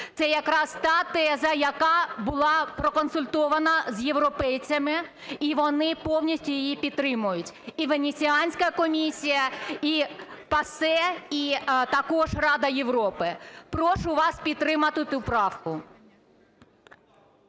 це якраз та теза, яка була проконсультована з європейцями, і вони повністю її підтримують: і Венеціанська комісія, і ПАСЄ, і також Рада Європи. Прошу вас підтримати ту правку.